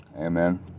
amen